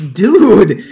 dude